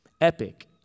epic